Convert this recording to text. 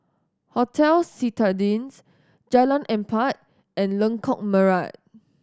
Hotel Citadines Jalan Empat and Lengkok Merak